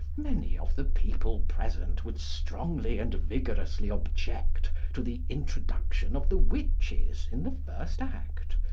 many of the people present would strongly and vigorously object to the introduction of the witches in the first act,